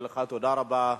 תודה רבה לך,